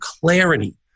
clarity